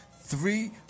three